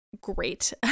great